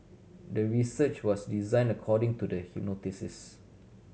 the research was designed according to the